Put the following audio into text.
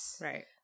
Right